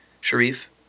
Sharif